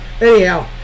Anyhow